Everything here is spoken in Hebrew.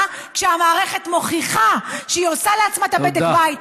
כשהמערכת מוכיחה שהיא עושה לעצמה את בדק הבית,